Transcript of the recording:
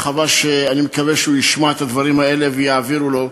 ואני מקווה שהוא ישמע את הדברים האלה או שיעבירו לו: